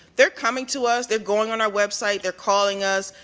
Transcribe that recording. they're coming to us, they're going on our website, they're calling us,